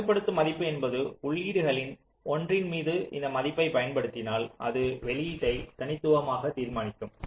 கட்டுப்படுத்தப்படும் மதிப்பு என்பது உள்ளீடுகளின் ஒன்றின்மீது இந்த மதிப்பு பயன்படுத்தப்பட்டால் அது வெளியீட்டை தனித்துவமாக தீர்மானிக்கும்